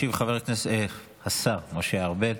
ישיב השר משה ארבל.